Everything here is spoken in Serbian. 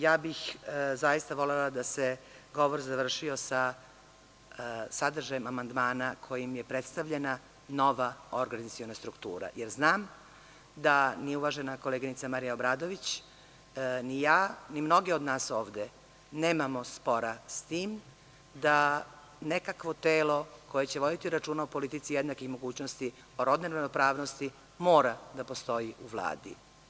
Ja bih zaista volela da se govor završio sa sadržajem amandmana kojim je predstavljena nova organizaciona struktura, jer znam da ni uvažena koleginica Marija Obradović ni ja, ni mnogi od nas ovde nemamo spora, s tim da nekakvo telo koje će voditi računa o politici jednakih mogućnosti, o robnoj ravnopravnosti mora da postoji u Vladi.